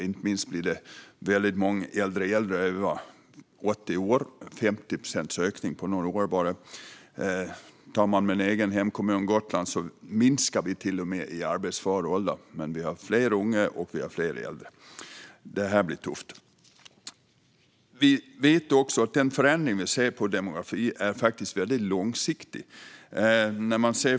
Inte minst blir det många äldre över 80 år - det har varit en 50procentig ökning på bara några år. I min egen hemkommun Gotland minskar till och med antalet personer i arbetsför ålder, men vi har fler unga och fler äldre. Det blir tufft. Vi vet att förändringen av demografin är långsiktig.